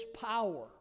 power